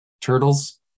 turtles